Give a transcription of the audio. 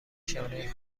شانه